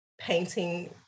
painting